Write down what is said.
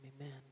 amen